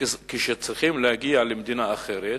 כשצריכים להגיע למדינה אחרת,